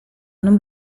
non